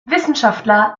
wissenschaftler